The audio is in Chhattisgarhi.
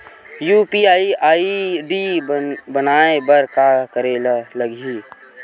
यू.पी.आई आई.डी बनाये बर का करे ल लगही?